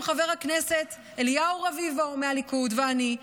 חבר הכנסת אליהו רביבו מהליכוד ואני,